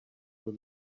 pull